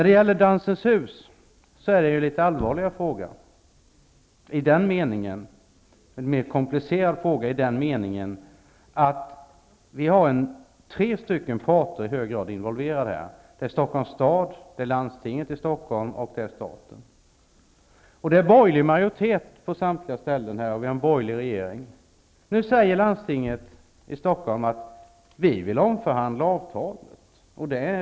Beträffande Dansens hus vill jag säga att det rör sig om en mer komplicerad fråga i den meningen att tre parter är i hög grad inblandade: Stockholms stad, landstinget i Stockholm och staten. Det är borgerlig majoritet på samtliga dessa, och vi har en borgerlig regering. Nu säger man från Stockholms läns landsting: Vi vill omförhandla avtalet.